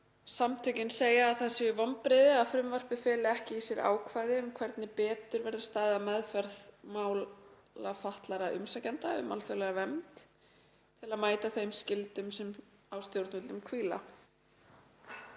samtökin segja að það séu vonbrigði að frumvarpið feli ekki í sér ákvæði um hvernig betur verði staðið að meðferð mála fatlaðra umsækjenda um alþjóðlega vernd til að mæta þeim skyldum sem á stjórnvöldum hvíla.